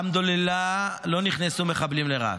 אלחמדולילה, לא נכנסו מחבלים לרהט.